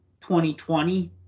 2020